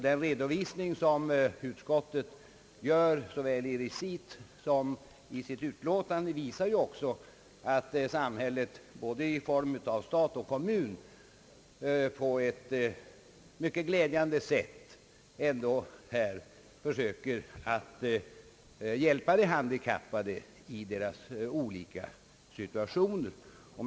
Den redovisning som utskottet gör såväl i recit som i sitt utlåtande visar också att samhället i form av både stat och kommun på ett mycket glädjande sätt ändå försöker hjälpa de handikappade i deras olika situationer.